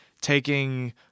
taking